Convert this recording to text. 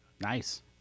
Nice